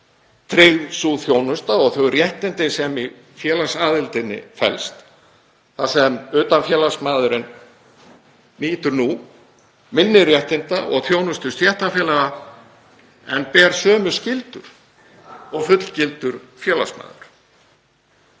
tryggð sú þjónusta og þau réttindi sem í félagsaðildinni felast, þar sem utanfélagsmaðurinn nýtur nú minni réttinda og þjónustu stéttarfélaga en ber sömu skyldur og fullgildur félagsmaður.